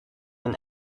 and